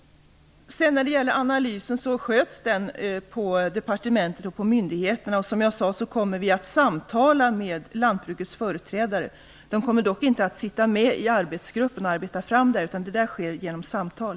Analysen sköts på departementet och myndigheterna. Som jag sade kommer vi att samtala med lantbrukets företrädare. De kommer dock inte att sitta med i arbetsgruppen och arbeta fram analysen. Samarbetet sker genom samtal.